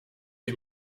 ich